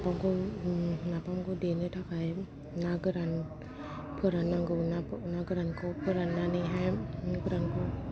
नाफामखौ नाफामखौ देनो थाखाय ना गोरान फोराननांगौ ना गोरान खौ फोराननानैहाय ना गोरानखौ